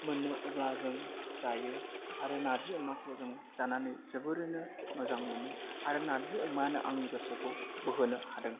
मोनो अब्लाजों जायो आरो नार्जि अमाखौ जों जानानै जोबोरैनो मोजां मोनो आरो नार्जि अमायानो आंनि गोसोखौ बोहोनो हादों